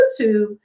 YouTube